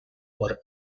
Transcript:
por